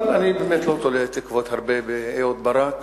אבל אני לא תולה הרבה תקוות באהוד ברק